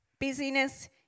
Busyness